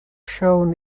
shown